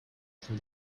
from